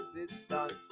resistance